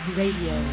radio